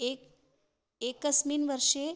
एक् एकस्मिन् वर्षे